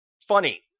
funny